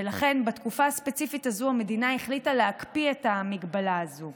ולכן בתקופה הספציפית הזו המדינה החליטה להקפיא את המגבלה הזאת.